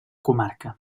comarca